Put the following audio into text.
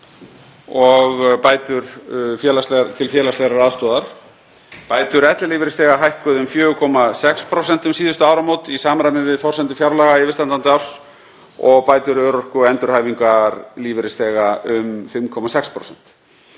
og bætur til félagslegrar aðstoðar. Bætur ellilífeyrisþega hækkuð um 4,6% um síðustu áramót í samræmi við forsendur fjárlaga yfirstandandi árs og bætur örorku- og endurhæfingarlífeyrisþega um 5,6%.